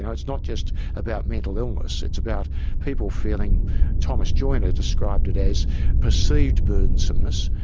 and it's not just about mental illness, it's about people feeling thomas joyner described it as perceived burdensomeness,